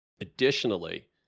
Additionally